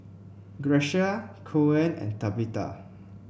Grecia Coen and Tabitha